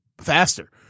Faster